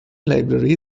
library